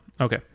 Okay